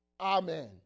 Amen